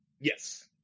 Yes